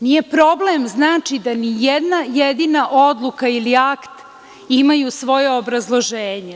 Nije problem, znači da ni jedna jedina odluka ili akt imaju svoje obrazloženje.